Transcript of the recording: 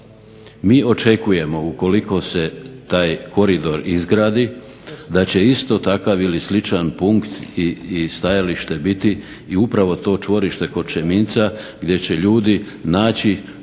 Mi očekujemo ukoliko se taj koridor izgradi da će isto takav ili sličan punkt ili stajalište biti i upravo to čvorište kod Čeminca gdje će ljudi naći